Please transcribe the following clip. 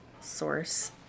source